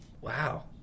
wow